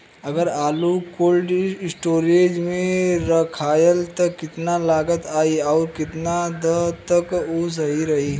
अगर आलू cold storage में रखायल त कितना लागत आई अउर कितना हद तक उ सही रही?